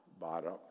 bottom